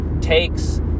takes